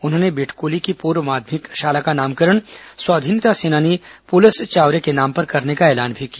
उन्होंने बिटकली की पूर्व माध्यमिक शाला का नामकरण स्वाधीनता सेनानी पुलस चावरे के नाम पर करने का ऐलान भी किया